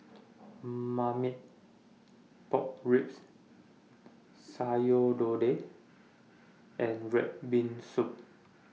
Marmite Pork Ribs Sayur Lodeh and Red Bean Soup